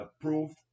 approved